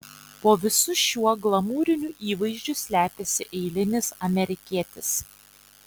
po visu šiuo glamūriniu įvaizdžiu slepiasi eilinis amerikietis